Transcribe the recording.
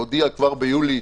הודיעה כבר ביולי